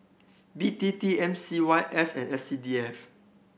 B T T M C Y S and S C D F